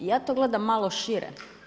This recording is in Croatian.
Ja to gledam malo šire.